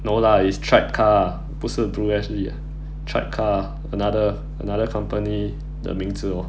no lah it's track car 不是 blue S_G track car another another company 的名字 orh